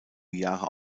jahre